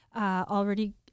Already